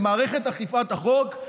למערכת אכיפת החוק,